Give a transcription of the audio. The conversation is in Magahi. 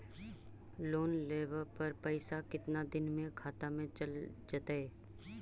लोन लेब पर पैसा कितना दिन में खाता में चल आ जैताई?